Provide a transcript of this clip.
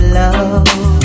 love